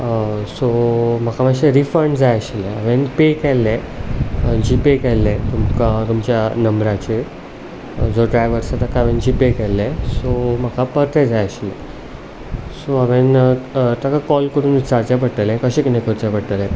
so म्हाका मातशें refund जाय आशिल्ले हांवेंन पे केल्ले जीपे केल्लें तुमकां तुमच्या नंबराचेर जो ड्रायव्हर आसा तेका हांयें जीपे केल्लें सो म्हाका परते जाय आशिल्ले सो हांवेंन तेका कॉल करून विचारचें पडटलें कशें कितें करचें पडटलें